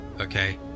Okay